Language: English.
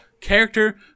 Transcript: Character